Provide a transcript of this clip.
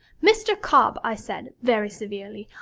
mr. cobb, i said, very severely,